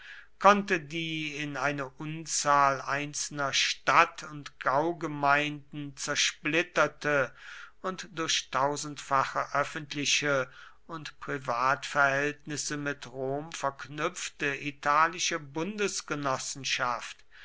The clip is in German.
konnte die in eine unzahl einzelner stadt und gaugemeinden zersplitterte und durch tausendfache öffentliche und privatverhältnisse mit rom verknüpfte italische